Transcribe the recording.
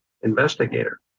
investigator